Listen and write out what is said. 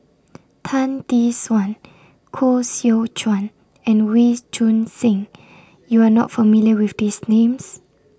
Tan Tee Suan Koh Seow Chuan and Wee Choon Seng YOU Are not familiar with These Names